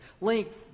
Length